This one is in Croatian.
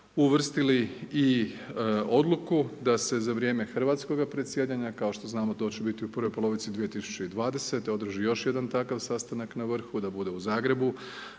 uvrstili i odluku da se za vrijeme hrvatskoga predsjedanja, kao što znamo to će biti u prvoj polovici 2020. održi još jedan takav sastanak na vrhu da bude u Zagrebu,